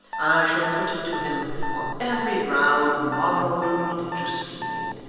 shall put it to him on every ground of moral and religious feeling.